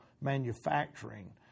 Manufacturing